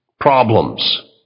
problems